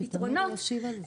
דרך אגב, הם אמרו.